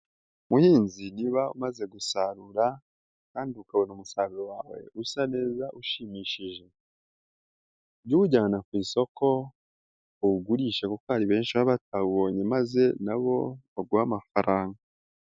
Muhinzi niba umaze gusarura kandi ukabona umusaruro wawe usa neza ushimishije, jya uwujyana ku isoko uwugurisha kuko hari benshi baba batawubonye, maze na bo baguhe amafaranga.